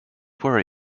worry